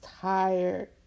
tired